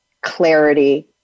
clarity